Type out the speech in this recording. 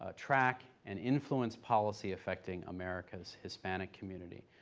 ah track, and influence policy affected america's hispanic community.